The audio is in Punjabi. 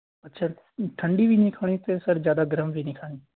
ਅੱਛਾ ਠੰਡੀ ਵੀ ਨਹੀਂ ਖਾਣੀ ਅਤੇ ਸਰ ਜ਼ਿਆਦਾ ਗਰਮ ਵੀ ਨਹੀਂ ਖਾਣੀ